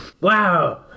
Wow